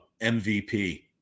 MVP